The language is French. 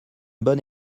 bonne